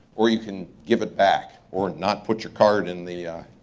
or you can give it back. or not put your card in the